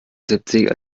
siebzig